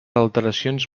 alteracions